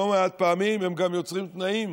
לא מעט פעמים הם גם יוצרים תנאים